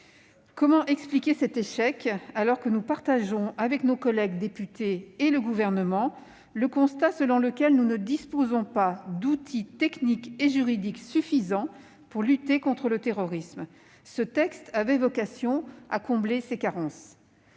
Comment expliquer cet échec, alors que nous partageons, avec nos collègues députés et le Gouvernement, le constat selon lequel nous ne disposons pas d'outils techniques et juridiques suffisants pour lutter contre le terrorisme ? Ce projet de loi avait vocation à combler ces carences.